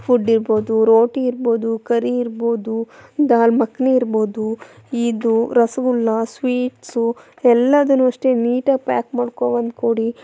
food ಇರ್ಬೋದು ರೋಟಿ ಇರ್ಬೋದು ಕರಿ ಇರ್ಬೋದು ದಾಲ್ ಮಕ್ನಿ ಇರ್ಬೋದು ಇದು ರಸಗುಲ್ಲ ಸ್ವೀಟ್ಸು ಎಲ್ಲದನ್ನೂ ಅಷ್ಟೆ ನೀಟಾಗಿ ಪ್ಯಾಕ್ ಮಾಡ್ಕೊಂಡ್ಬಂದು ಕೊಡಿ